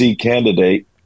candidate